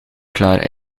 klaar